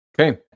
Okay